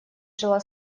жила